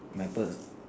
my pearl